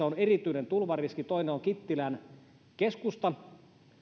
on erityinen tulvariski toinen on kittilän keskustan